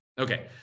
Okay